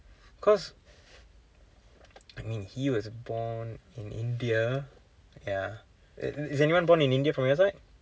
cause I mean he was born in India ya is anyone born in India from your side